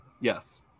Yes